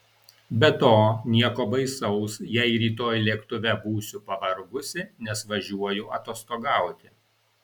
be to nieko baisaus jei rytoj lėktuve būsiu pavargusi nes važiuoju atostogauti